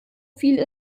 viel